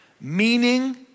Meaning